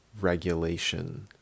regulation